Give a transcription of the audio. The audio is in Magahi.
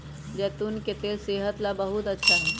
जैतून के तेल सेहत ला बहुत अच्छा हई